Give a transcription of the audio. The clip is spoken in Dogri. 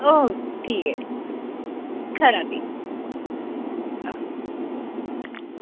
ओह् ठीक ऐ खरा भी